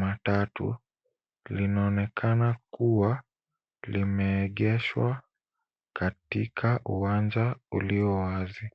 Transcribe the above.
matatu linaonekana kuwa limeegeshwa katika uwanja ulio wazi.